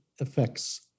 effects